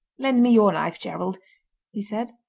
lend me your knife, gerald he said.